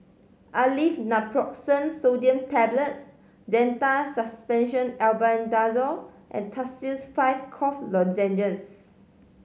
Aleve Naproxen Sodium Tablets Zental Suspension Albendazole and Tussils Five Cough Lozenges